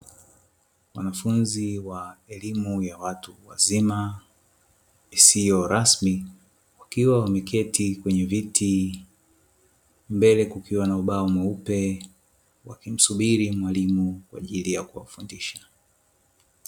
Wanafunzi wa elimu ya watu wazima isiyo rasmi, wakiwa wameketi kwenye viti mbele kukiwa na ubao mweupe, wakimsubiri mwalimu kwa ajili ya kuwafundisha.